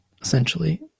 essentially